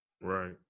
Right